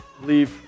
Leave